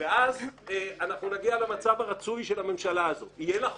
ואז אנחנו נגיע למצב הרצוי של הממשלה הזאת יהיה לה חוק,